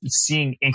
seeing